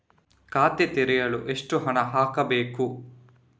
ಖಾತೆ ತೆರೆಯಲು ಎಷ್ಟು ಹಣ ಹಾಕಬೇಕು?